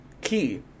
key